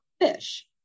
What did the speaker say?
fish